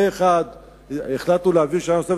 פה-אחד החלטנו להביא שנה נוספת.